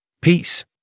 peace